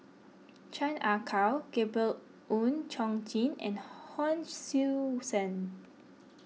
Chan Ah Kow Gabriel Oon Chong Jin and Hon Sui Sen